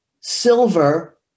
silver